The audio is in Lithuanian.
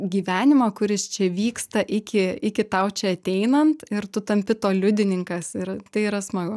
gyvenimą kuris čia vyksta iki iki tau čia ateinant ir tu tampi to liudininkas ir tai yra smagu